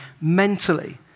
mentally